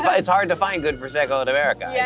ah it's hard to find good prosecco in america. yes,